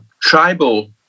tribal